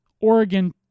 Oregon